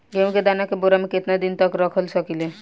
गेहूं के दाना के बोरा में केतना दिन तक रख सकिले?